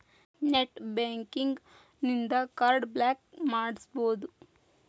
net banking ಇನ್ದಾ card block ಮಾಡ್ಸ್ಬೊದು